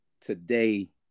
today